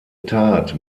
tat